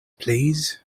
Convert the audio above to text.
please